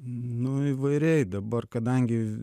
nu įvairiai dabar kadangi